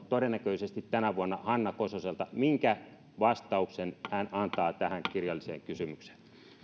todennäköisesti tänä vuonna merkittävin urheilupoliittinen linjaus hanna kososelta minkä vastauksen hän antaa tähän kirjalliseen kysymykseen